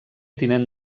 tinent